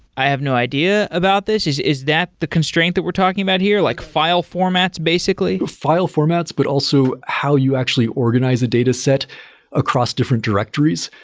i have no idea about this. is is that the constraint that we're talking about here, like file formats basically? file formats, but also how you actually organize the data set across different directories.